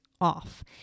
off